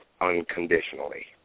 unconditionally